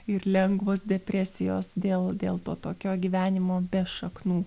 ir lengvos depresijos dėl dėl to tokio gyvenimo be šaknų